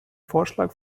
vorschlag